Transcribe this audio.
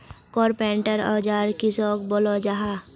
Carpenter औजार किसोक बोलो जाहा?